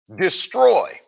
destroy